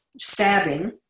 stabbing